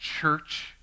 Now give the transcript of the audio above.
Church